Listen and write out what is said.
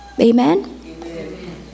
Amen